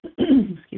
Excuse